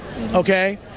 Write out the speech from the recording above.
okay